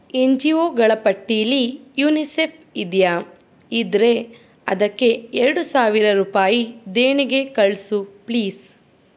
N ಜಿ ಒಗಳ ಪಟ್ಟಿಲಿ ಯುನಿಸೆಫ್ ಇದೆಯಾ ಇದ್ದರೆ ಅದಕ್ಕೆ ಎರಡು ಸಾವಿರ ರೂಪಾಯಿ ದೇಣಿಗೆ ಕಳಿಸು ಪ್ಲೀಸ್